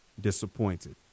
disappointed